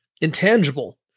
intangible